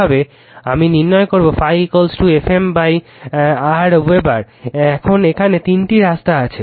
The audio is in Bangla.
অনুরূপভাবে আমি নির্ণয় করবো ∅ F m R wb এখন এখানে তিনটি রাস্তা আছে